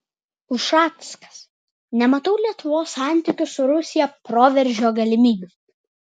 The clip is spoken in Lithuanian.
ušackas nematau lietuvos santykių su rusija proveržio galimybių